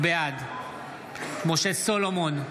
בעד משה סולומון,